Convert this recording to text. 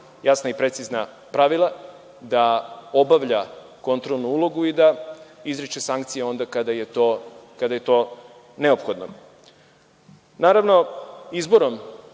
jasna i precizna pravila, da obavlja kontrolnu ulogu i da izriče sankcije onda kada je to neophodno. Naravno, izborom